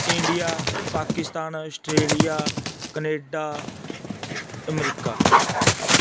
India Pakistan Australia Canada America